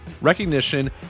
recognition